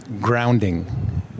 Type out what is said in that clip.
grounding